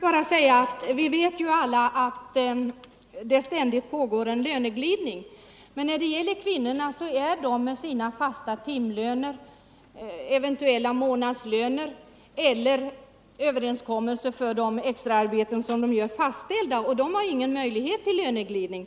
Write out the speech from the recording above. Herr talman! Till det vill jag bara säga att vi vet alla att det pågår en ständig löneglidning. Men kvinnorna har, med sina fasta timlöner, eventuellt månadslöner eller överenskommen ersättning för det extraarbete som de utför, ingen möjlighet till löneglidning.